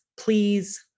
Please